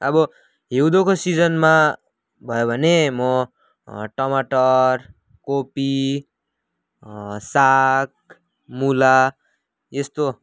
आबो हिउँदोको सिजनमा भयो भने म टमटर कोपी साग मुला यस्तो